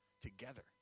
together